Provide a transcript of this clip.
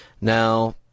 Now